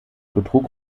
betrug